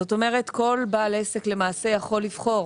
זאת אומרת כל בעל עסק למעשה יכול לבחור